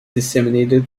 disseminated